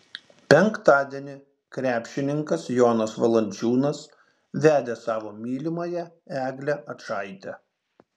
penktadienį krepšininkas jonas valančiūnas vedė savo mylimąją eglę ačaitę